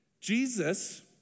Jesus